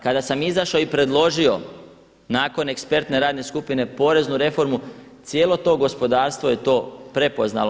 Kada sam izašao i predložio nakon ekspertne radne skupine poreznu reformu cijelo to gospodarstvo je to prepoznalo.